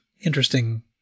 interesting